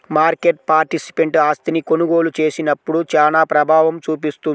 market participant ఆస్తిని కొనుగోలు చేసినప్పుడు చానా ప్రభావం చూపిస్తుంది